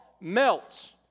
melts